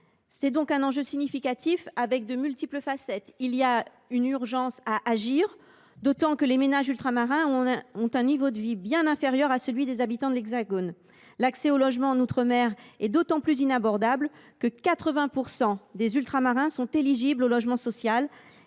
s’agit donc d’un enjeu significatif présentant de multiples facettes. Il y a urgence à agir, d’autant que les ménages ultramarins ont un niveau de vie bien inférieur à celui des habitants de l’Hexagone. L’accès au logement en outre mer est d’autant plus inabordable que 80 % des Ultramarins sont éligibles au logement social,